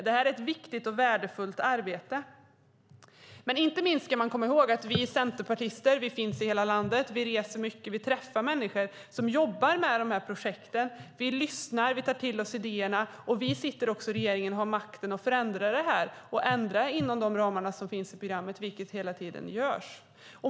Det här är ett viktigt och värdefullt arbete. Inte minst ska man komma ihåg att vi centerpartister finns i hela landet. Vi reser mycket och träffar människor som jobbar med de här projekten. Vi lyssnar och tar till oss idéer. I regeringen har vi makt att ändra inom de ramar som finns i programmet, vilket hela tiden görs.